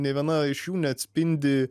nė viena iš jų neatspindi